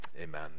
Amen